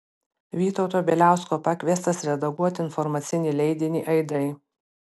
vytauto bieliausko pakviestas redaguoti informacinį leidinį aidai